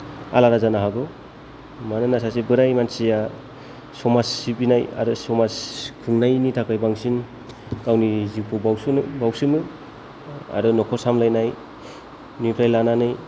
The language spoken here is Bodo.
आलादा जानो हागौ मानोना सासे बोराइ मानसिया समाज सिबिनाय आरो समाज खुंनायनि थाखाय बांसिन गावनि जिउखौ बावसोमो बावसोमो आरो न'खर सामब्लायनायनिफ्राय लानानै